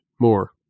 more